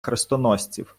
хрестоносців